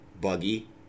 Buggy